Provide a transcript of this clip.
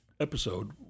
episode